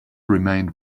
remained